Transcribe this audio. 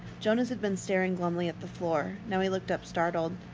jonas had been staring glumly at the floor. now he looked up, startled.